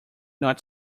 not